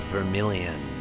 Vermilion